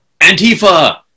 antifa